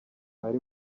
ari